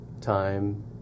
time